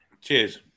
Cheers